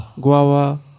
guava